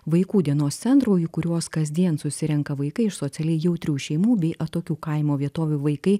vaikų dienos centrų į kuriuos kasdien susirenka vaikai iš socialiai jautrių šeimų bei atokių kaimo vietovių vaikai